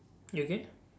you okay